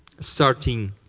starting